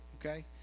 Okay